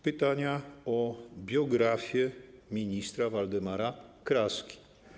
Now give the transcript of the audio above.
Pytania o biografię ministra Waldemara Kraski.